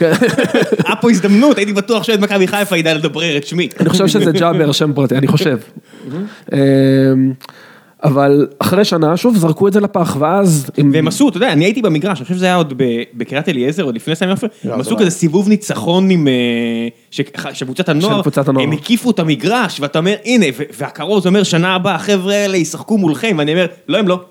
היה פה הזדמנות, הייתי בטוח שאת מכבי חיפה ידעה לדברר את שמי. אני חושב שזה ג'אבר, שם פרטי, אני חושב. אבל אחרי שנה, שוב, זרקו את זה לפח, ואז... והם עשו, אתה יודע, אני הייתי במגרש, אני חושב שזה היה עוד בקריית אליעזר, עוד לפני שניים, הם עשו איזה סיבוב ניצחון עם... שקבוצת הנוער, הם הקיפו את המגרש, ואתה אומר, הנה, והכרוז אומר, שנה הבאה, החבר'ה האלה יישחקו מולכם, ואני אומר, לא, הם לא.